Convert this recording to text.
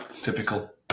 Typical